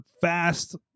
fast